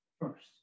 first